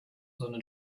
sondern